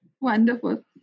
Wonderful